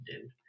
dude